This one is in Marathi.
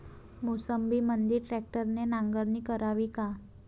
मोसंबीमंदी ट्रॅक्टरने नांगरणी करावी का?